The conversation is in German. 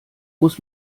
muss